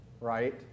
right